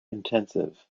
intensive